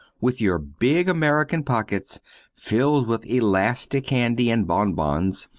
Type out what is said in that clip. with your big american pockets filled with elastic candy and bon-bons,